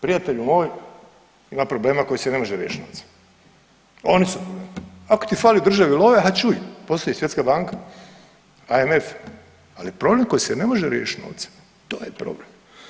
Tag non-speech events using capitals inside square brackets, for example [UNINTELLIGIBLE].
Prijatelju moj ima problema koji se ne može riješiti novcem … [UNINTELLIGIBLE] ak ti fali državi love, a čuj postoji Svjetska banka MMF, ali problem koji se ne može riješiti novcem to je problem.